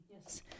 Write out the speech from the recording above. yes